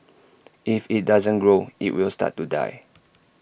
if IT doesn't grow IT will start to die